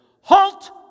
Halt